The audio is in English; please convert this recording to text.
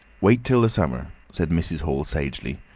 wait till the summer, said mrs. hall sagely,